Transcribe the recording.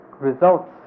results